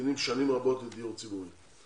ממתינים שנים רבות לדיור ציבורי.